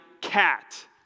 Cat